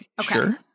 sure